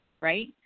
right